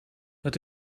het